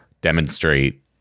demonstrate